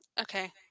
Okay